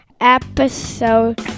episode